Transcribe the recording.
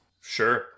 Sure